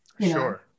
sure